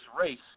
race